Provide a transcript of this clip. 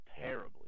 terribly